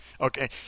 Okay